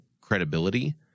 credibility